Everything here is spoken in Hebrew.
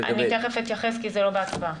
אני תיכף אתייחס, כי זה לא בהצבעה.